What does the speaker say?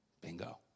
Bingo